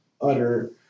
utter